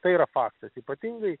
tai yra faktas ypatingai